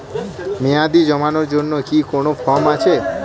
মেয়াদী জমানোর জন্য কি কোন ফর্ম আছে?